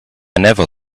never